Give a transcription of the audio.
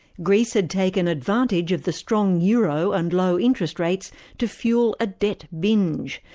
greece had taken advantage of the strong euro and low interest rates to fuel a debt binge.